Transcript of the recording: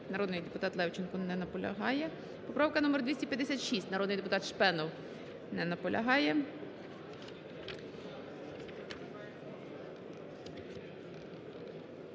народний депутат Левченко. Не наполягає. Поправка номер 256, народний депутат Шпенов. Не наполягає.